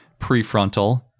prefrontal